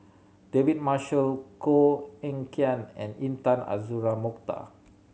David Marshall Koh Eng Kian and Intan Azura Mokhtar